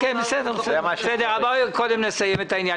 בסדר גמור, קודם נסיים את הנושא שלפנינו.